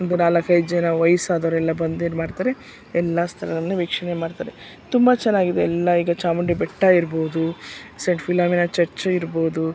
ಒಂದು ನಾಲ್ಕೈದು ಜನ ವಯಸ್ಸಾದವ್ರೆಲ್ಲಾ ಬಂದು ಏನ್ಮಾಡ್ತಾರೆ ಎಲ್ಲ ಸ್ಥಳಗಳನ್ನು ವೀಕ್ಷಣೆ ಮಾಡ್ತಾರೆ ತುಂಬ ಚೆನ್ನಾಗಿದೆ ಎಲ್ಲ ಈಗ ಚಾಮುಂಡಿ ಬೆಟ್ಟ ಇರ್ಬೋದು ಸೈಂಟ್ ಫಿಲೋಮಿನ ಚರ್ಚು ಇರ್ಬೋದು